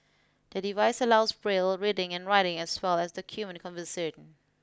the device allows Braille reading and writing as well as document conversion